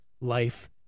life